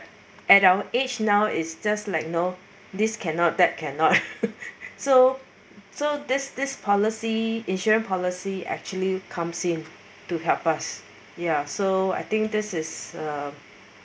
at our age now is just like you know this cannot that cannot so so this this policy insurance policy actually comes in to help us ya so I think this is a